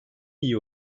iyi